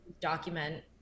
document